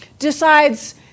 Decides